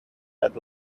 bad